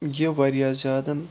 یہِ واریاہ زیادٕ